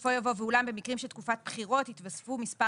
בסופו יבוא 'ואולם במקרים של תקופת בחירות יתווספו מספר